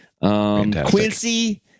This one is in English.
quincy